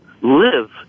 live